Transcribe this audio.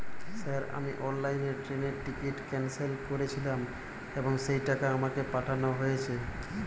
Sir আমি অনলাইনে ট্রেনের টিকিট ক্যানসেল করেছিলাম এবং সেই টাকা আমাকে পাঠানো হয়েছে?